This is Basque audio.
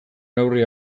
neurri